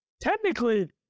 technically